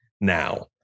now